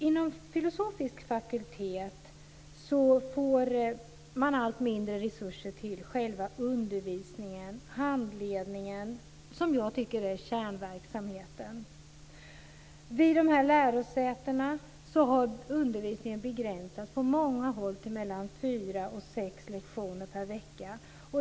Inom filosofisk fakultet får man allt mindre resurser till själva undervisningen och handledningen, som jag tycker är kärnverksamheten. Vid de här lärosätena har undervisningen på många olika håll begränsats till mellan fyra och sex lektioner per vecka.